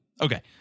Okay